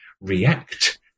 react